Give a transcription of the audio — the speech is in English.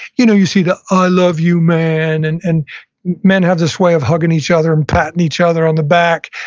you know you see the i love you, man. and and men have this way of hugging each other and patting each other on the back.